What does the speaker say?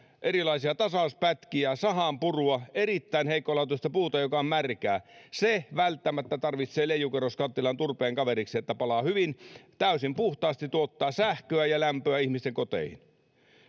erilaisia tasauspätkiä sahanpurua erittäin heikkolaatuista puuta joka on märkää se välttämättä tarvitsee leijukerroskattilan turpeen kaveriksi että palaa hyvin täysin puhtaasti tuottaa sähköä ja lämpöä ihmisten koteihin